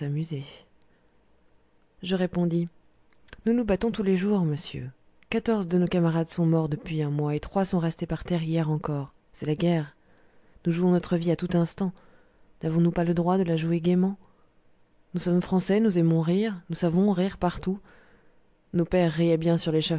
s'amuser je répondis nous nous battons tous les jours monsieur quatorze de nos camarades sont morts depuis un mois et trois sont restés par terre hier encore c'est la guerre nous jouons notre vie à tout instant n'avons-nous pas le droit de la jouer gaiement nous sommes français nous aimons rire nous savons rire partout nos pères riaient bien sur